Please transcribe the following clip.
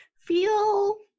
feel